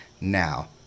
now